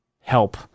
help